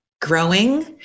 growing